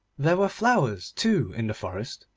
there were flowers, too, in the forest,